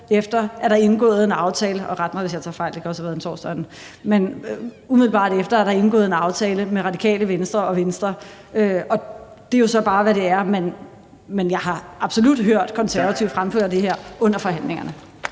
efter er der indgået en aftale. Ret mig, hvis jeg tager fejl; det kan også have været om torsdagen. Men umiddelbart efter er der indgået en aftale med Radikale Venstre og Venstre, og det er jo så bare, hvad det er, men jeg har absolut hørt Konservative fremføre det her under forhandlingerne.